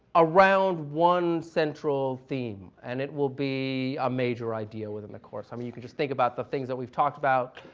around one central theme, and it will be a major idea within the course. i mean, you can just think about the things that we've talked about,